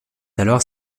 alors